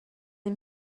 این